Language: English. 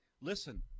listen